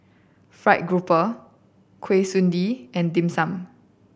Fried Grouper Kuih Suji and Dim Sum